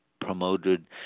promoted